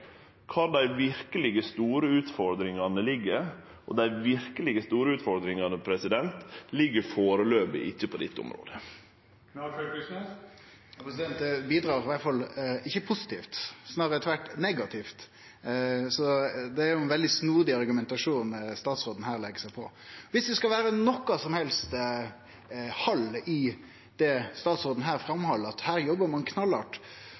kvar dei verkeleg store utfordringane ligg – at dei verkeleg store utfordringane ligg førebels ikkje på dette området. Det bidreg i alle fall ikkje positivt, snarare tvert imot – negativt. Det er ein veldig snodig argumentasjon statsråden her legg seg på. Viss det skal vere noko som helst hald i det statsråden her held fram, at ein